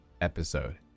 episode